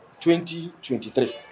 2023